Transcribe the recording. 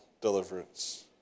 deliverance